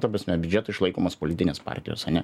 ta prasme biudžeto išlaikomos politinės partijos ane